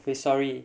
wait sorry